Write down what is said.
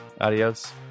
adios